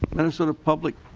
minnesota public